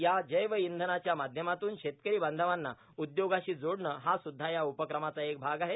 या जैव इंधन च्या माध्यमातून शेतकरां बांधवांना उद्योगाशी जोडणं हा सुद्धा या उपक्रमाचा एक भाग आहे